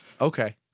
Okay